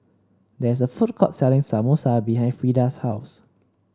there is a food court selling Samosa behind Freda's house